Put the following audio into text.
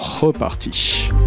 reparti